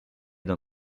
d’un